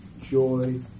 joy